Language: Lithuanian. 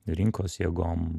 rinkos jėgom